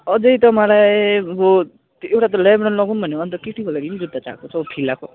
अझै त मलाई अब एउटा त लेब्रोन मगाउ भनेको अन्त केटीहरूको लगि पनि जुत्ता चाहिएको छ हौ फिलाको